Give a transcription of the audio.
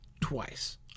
twice